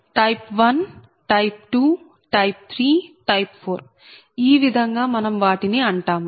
type 1 type 2 type 3 type 4 ఈ విధంగా మనం వాటిని అంటాము